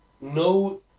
No